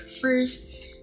first